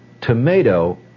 tomato